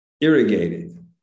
irrigated